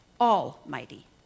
almighty